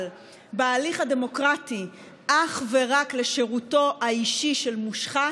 בהליך הדמוקרטי אך ורק לשירותו האישי של מושחת,